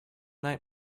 night